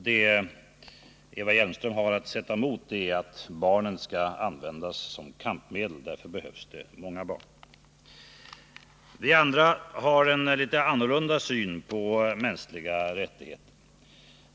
Det Eva Hjelmström har att sätta emot är att barnen skall användas som kampmedel — därför behövs det många barn. Vi andra har en annan syn på mänskliga rättigheter.